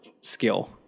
skill